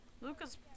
Lucas